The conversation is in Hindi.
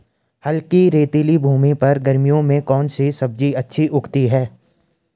हल्की रेतीली भूमि पर गर्मियों में कौन सी सब्जी अच्छी उगती है?